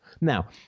Now